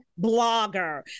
blogger